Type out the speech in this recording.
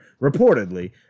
reportedly